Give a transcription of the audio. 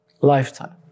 Lifetime